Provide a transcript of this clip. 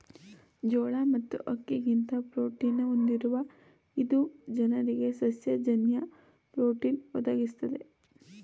ಜೋಳ ಮತ್ತು ಅಕ್ಕಿಗಿಂತ ಪ್ರೋಟೀನ ಹೊಂದಿರುವ ಇದು ಜನರಿಗೆ ಸಸ್ಯ ಜನ್ಯ ಪ್ರೋಟೀನ್ ಒದಗಿಸ್ತದೆ